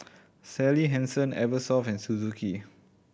Sally Hansen Eversoft and Suzuki